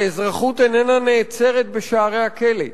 האזרחות איננה נעצרת בשערי הכלא,